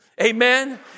Amen